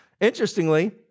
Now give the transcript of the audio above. interestingly